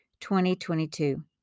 2022